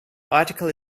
article